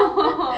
mm